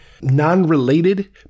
non-related